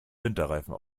winterreifen